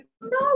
no